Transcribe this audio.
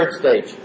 stage